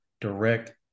direct